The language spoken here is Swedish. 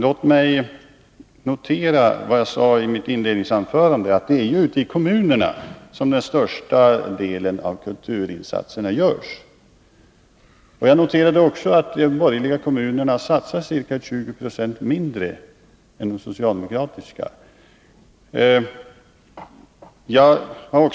Låt mig upprepa vad jag sade i mitt inledningsanförande. Det är ute i kommunerna som den största delen av kulturinsatserna görs. Jag noterade också att de borgerliga kommunerna satsar ca 20 96 mindre än de socialdemokratiska. Jag